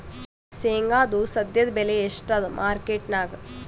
ಶೇಂಗಾದು ಸದ್ಯದಬೆಲೆ ಎಷ್ಟಾದಾ ಮಾರಕೆಟನ್ಯಾಗ?